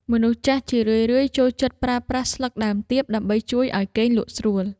មនុស្សចាស់ជារឿយៗចូលចិត្តប្រើប្រាស់ស្លឹកដើមទៀបដើម្បីជួយឱ្យគេងលក់ស្រួល។